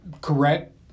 Correct